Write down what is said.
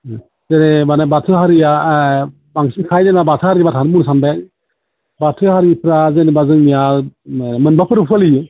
जेरै माने बाथौ हारिया बांसिन थायो जोंना बाथौ हारियानो होनना सानबाय बाथौ हारिफ्रा जेनेबा जोंनिया मोनबा फोरबो फालियो